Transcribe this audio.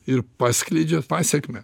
ir paskleidžia pasekmę